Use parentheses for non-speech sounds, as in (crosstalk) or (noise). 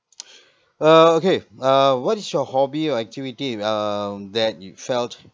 (breath) uh okay uh what is your hobby or activity um that you felt